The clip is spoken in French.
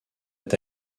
est